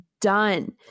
done